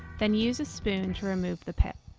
then use a spoon to remove the pit.